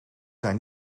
zijn